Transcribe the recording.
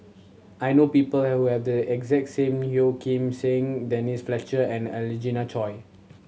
I know people who have the exact same Yeo Kim Seng Denise Fletcher and Angelina Choy